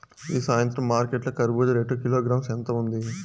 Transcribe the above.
ఈ సాయంత్రం మార్కెట్ లో కర్బూజ రేటు కిలోగ్రామ్స్ ఎంత ఉంది?